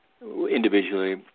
individually